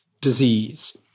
disease